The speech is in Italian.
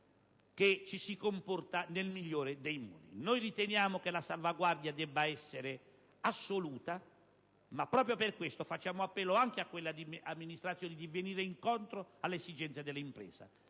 che ci si comporti nel migliore dei modi. Riteniamo che la salvaguardia debba essere assoluta, ma proprio per questo facciamo appello anche a quelle amministrazioni affinché vengano incontro alle esigenze delle imprese